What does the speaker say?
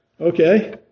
Okay